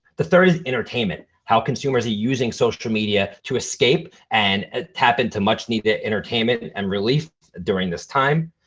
the third is entertainment, how consumers are using social media to escape and ah tap into much-needed entertainment and and relief during this time.